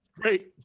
Great